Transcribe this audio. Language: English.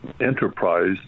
enterprise